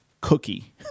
cookie